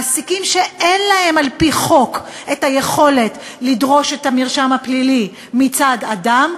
מעסיקים שאין להם על-פי חוק את היכולת לדרוש את המרשם הפלילי מצד אדם.